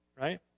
right